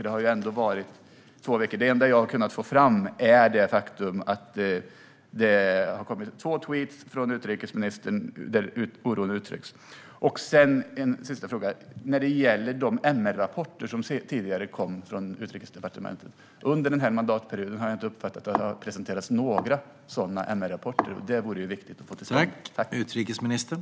Det har gått två veckor, och det enda jag har kunnat få fram är det faktum att det har kommit två tweets från utrikesministern där oron uttrycks. En sista fråga handlar om de MR-rapporter som tidigare kom från Utrikesdepartementet. Under den här mandatperioden har jag inte uppfattat att det har presenterats några sådana rapporter. Det vore viktigt att få sådana till stånd.